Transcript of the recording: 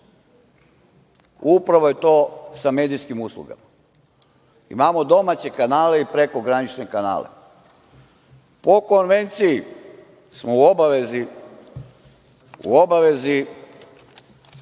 Upravo je to sa medijskim uslugama. Imamo domaće kanale i prekogranične kanale. Po konvenciji smo u obavezi